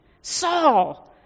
Saul